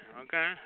Okay